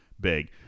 big